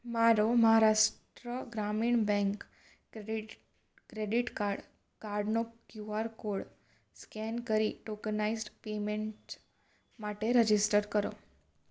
મારો Maharashtra Gramin bank credit card કાર્ડનો QR code scan કરી ટોકનાઈઝ્ડ પેમેન્ટ માટે રજિસ્ટર કરો